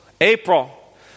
April